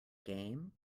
game